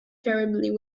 terribly